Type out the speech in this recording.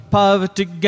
poverty